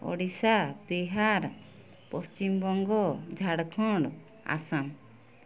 Odisha Bihar Paschimbanga Jharkhand Assam